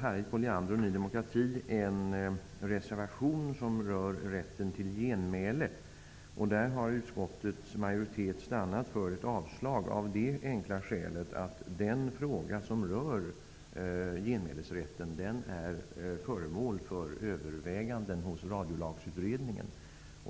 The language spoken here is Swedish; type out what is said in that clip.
Harriet Colliander och Ny demokrati har också en reservation som rör rätten till genmäle. Där har utskottets majoritet stannat för ett avstyrkande av det enkla skälet att den fråga som rör genmälesrätten är föremål för överväganden hos Radiolagsutredningen.